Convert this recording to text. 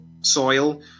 soil